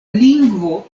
lingvo